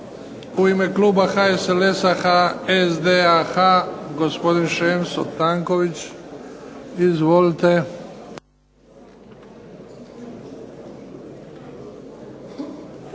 U ime kluba HSLS-a, HSDAHA gospodin Šemso Tanković. Izvolite.